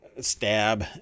stab